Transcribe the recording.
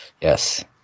Yes